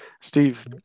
Steve